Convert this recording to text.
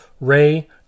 Ray